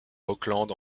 oakland